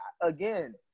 again